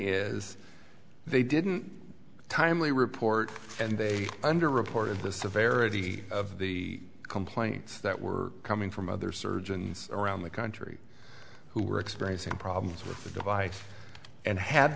is they didn't timely report and they under reported the severity of the complaints that were coming from other surgeons around the country who were experiencing problems with the device and had